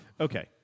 Okay